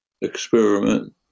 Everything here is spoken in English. experiment